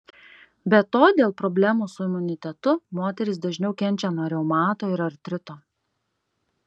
be to dėl problemų su imunitetu moterys dažniau kenčia nuo reumato ir artrito